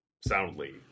soundly